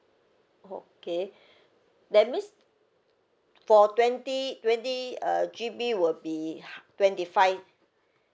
okay that means for twenty twenty uh G_B will be twenty five